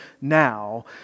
now